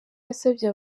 yasabye